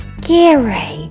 Gary